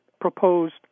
proposed